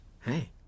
Hey